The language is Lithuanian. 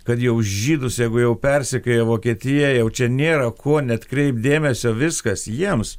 kad jau žydus jeigu jau persekioja vokietija jau čia nėra kuo neatkreipt dėmesio viskas jiems